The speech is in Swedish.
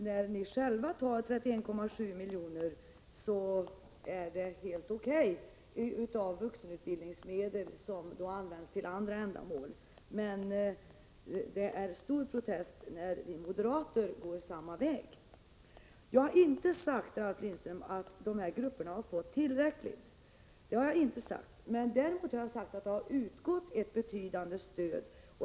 när ni själva tar 31,7 miljoner av vuxenutbildningsmedel för att använda till andra ändamål, medan ni protesterar kraftigt när vi moderater går samma väg. Jag har inte sagt, Ralf Lindström, att de aktuella grupperna har fått tillräckligt. Däremot har jag sagt att det har utgått ett betydande stöd.